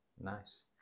Nice